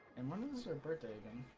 and one server. to and